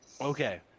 Okay